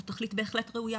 זו תכלית בהחלט ראויה,